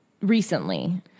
recently